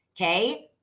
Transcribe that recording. Okay